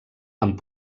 amb